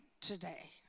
today